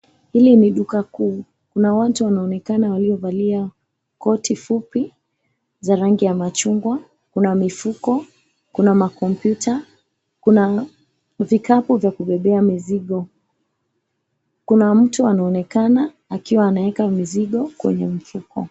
Hili ni duka kuu, kuna watu wanaonekana waliovalia koti fupi za rangi ya machungwa , kuna mifuko , kuna makompyuta, kuna vikapu vya kubebea mizigo, kuna mtu anaonekana akiwa ameweka vitu kwa mfuko.